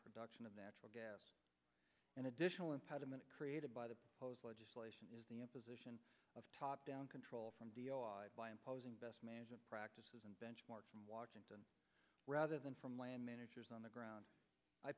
production of natural gas an additional impediment created by the hose legislation is the imposition of top down control from by imposing best management practices and benchmark from washington rather than from land managers on the ground i